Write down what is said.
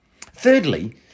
Thirdly